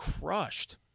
crushed